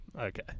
Okay